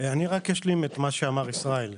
אני רק אשלים את מה שאמר ישראל.